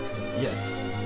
Yes